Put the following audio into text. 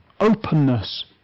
openness